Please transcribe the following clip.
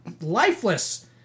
lifeless